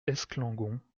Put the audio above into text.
esclangon